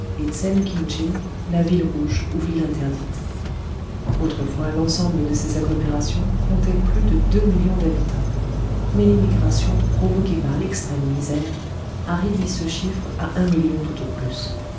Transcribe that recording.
la ville rouge ou ville interdite autrefois l'ensemble de ces agglomérations comptait plus de deux millions d'habitants mais l'émigration provoquée par l'extrême misère a réduit ce chiffre à un million tout au plus